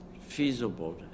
feasible